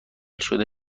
شده